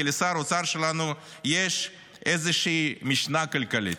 לשר האוצר שלנו יש איזושהי משנה כלכלית,